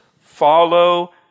follow